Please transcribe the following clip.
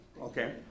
okay